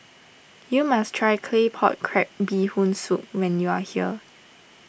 you must try Claypot Crab Bee Hoon Soup when you are here